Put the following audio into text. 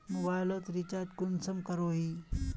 Mobile लोत recharge कुंसम करोही?